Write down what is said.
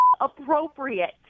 appropriate